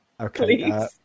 Okay